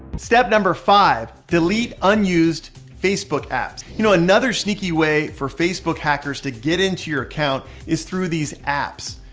step number five, delete unused facebook apps. you know another sneaky way for facebook hackers to get into your account is through these apps.